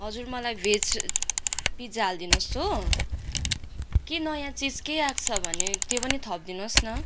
हजुर मलाई भेज पिज्जा हालिदिनु होस् हो केही नयाँ चिज केही आएको छ भने त्यो पनि थपिदिनु होस् न